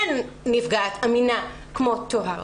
אין נפגעת אמינה כמו טוהר.